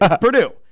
Purdue